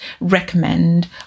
recommend